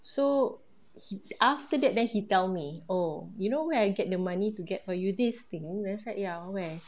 so after that then he tell me oh you know where I get the money to get for you this thing then say ya where